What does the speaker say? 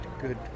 good